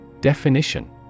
Definition